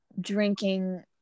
drinking